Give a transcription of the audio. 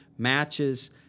matches